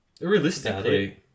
Realistically